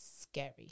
scary